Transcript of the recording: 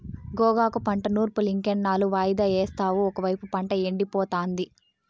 గోగాకు పంట నూర్పులింకెన్నాళ్ళు వాయిదా యేస్తావు ఒకైపు పంట ఎండిపోతాంది